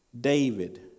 David